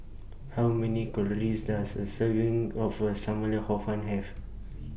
How Many Calories Does A Serving of SAM Lau Hor Fun Have